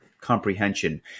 comprehension